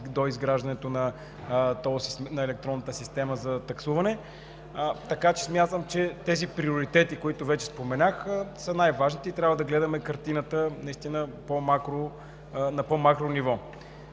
доизграждането на електронната система за таксуване. Така че смятам, че тези приоритети, които вече споменах, са най-важните и трябва да гледаме картината наистина на макро ниво.